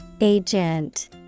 Agent